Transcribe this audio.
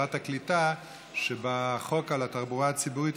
שרת הקליטה: בחוק על התחבורה הציבורית